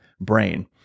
brain